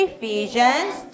Ephesians